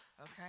okay